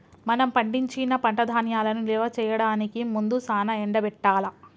మనం పండించిన పంట ధాన్యాలను నిల్వ చేయడానికి ముందు సానా ఎండబెట్టాల్ల